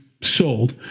sold